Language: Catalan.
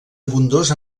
abundós